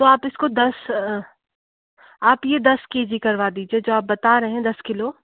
तो आप इसको दस आप ये दस के जी करवा दीजिए जो आप बता रहे हैं दस किलो